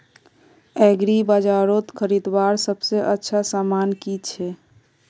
एग्रीबाजारोत खरीदवार सबसे अच्छा सामान की छे?